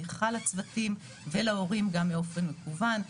תמיכה לצוותים ולהורים גם באופן מקוון.